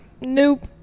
nope